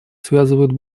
связывают